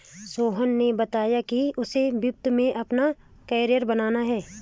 सोहन ने बताया कि उसे वित्त में अपना कैरियर बनाना है